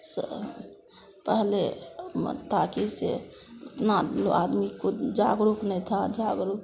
सब पहले ताकि से इतना लोग आदमी को जागरुक नहीं था जागरुक